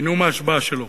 בנאום ההשבעה שלו: